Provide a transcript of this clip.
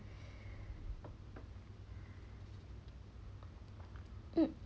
mm